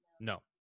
no